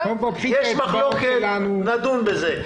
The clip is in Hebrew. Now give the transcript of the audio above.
יש מחלוקת, נדון בזה.